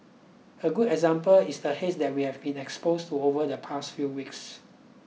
a good example is the haze that we have been exposed to over the past few weeks